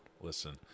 listen